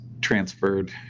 transferred